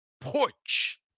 Porch